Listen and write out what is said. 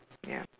ya